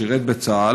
הוא שירת בצה"ל,